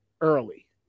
early